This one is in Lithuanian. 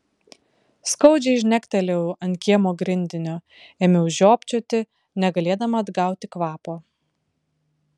skaudžiai žnektelėjau ant kiemo grindinio ėmiau žiopčioti negalėdama atgauti kvapo